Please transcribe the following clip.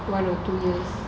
one or two years